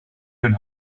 hun